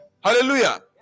Hallelujah